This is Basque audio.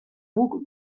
guk